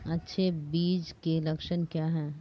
अच्छे बीज के लक्षण क्या हैं?